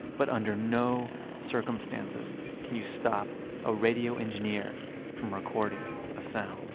but under no circumstances can you stop a radio engineer from recording a sound